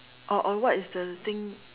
or or what is the thing